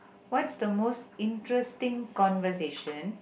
what's the most interesting conversation